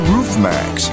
Roofmax